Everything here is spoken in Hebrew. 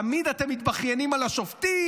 תמיד אתם מתבכיינים על השופטים,